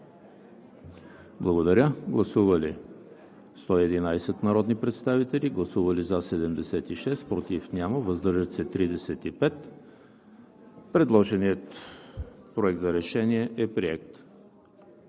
решение. Гласували 111 народни представители: за 76, против няма, въздържали се 35. Предложеният проект за решение е приет.